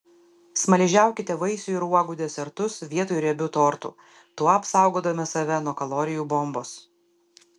smaližiaukite vaisių ir uogų desertus vietoj riebių tortų tuo apsaugodami save nuo kalorijų bombos